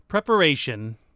preparation